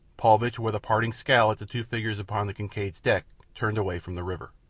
paulvitch, with a parting scowl at the two figures upon the kincaid's deck, turned away from the river.